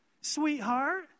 sweetheart